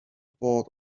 bought